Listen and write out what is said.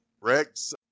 Rex